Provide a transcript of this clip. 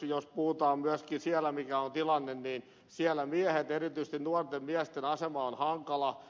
jos puhutaan myöskin mikä on tilanne siellä niin siellä erityisesti nuorten miesten asema on hankala